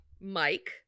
Mike